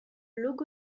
logo